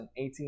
2018